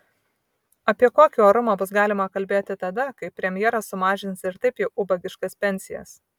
apie kokį orumą bus galima kalbėti tada kai premjeras sumažins ir taip jau ubagiškas pensijas